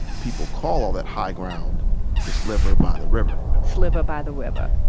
people call all that high ground the sliver by the river sliver by the river.